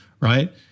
right